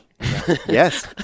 yes